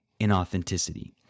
inauthenticity